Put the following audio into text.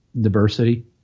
diversity